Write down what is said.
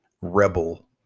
rebel